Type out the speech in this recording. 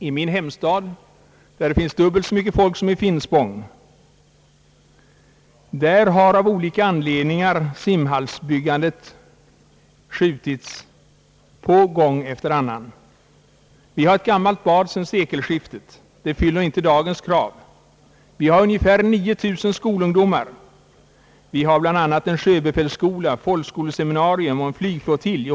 I min hemstad, där det bor dubbelt så många människor som i Finspång, har av olika anledningar simhallsbyggandet skjutits framåt i tiden gång efter annan. Vi har ett gammalt bad sedan sekelskiftet. Det fyller inte dagens krav. Vi har ungefär 9 000 skolungdomar, och bl.a. en sjöbefälsskola, ett folkskolese minarium och en flygflottilj.